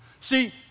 See